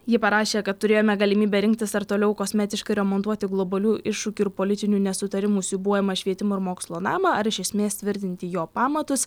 ji parašė kad turėjome galimybę rinktis ar toliau kosmetiškai remontuoti globalių iššūkių ir politinių nesutarimų siūbuojamą švietimo ir mokslo namą ar iš esmės tvirtinti jo pamatus